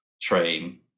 train